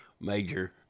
major